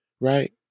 Right